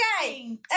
Okay